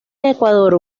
ecuador